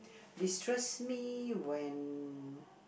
destress me when